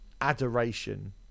adoration